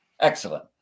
Excellent